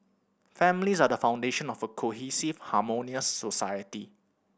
families are the foundation of a cohesive harmonious society